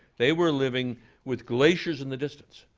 they were living with glaciers in the distance,